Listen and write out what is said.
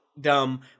dumb